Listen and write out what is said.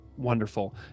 wonderful